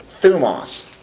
Thumos